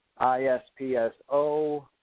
ISPSO